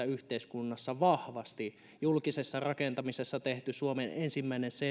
yhteiskunnassa julkisessa rakentamisessa on tehty suomen ensimmäinen